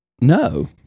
No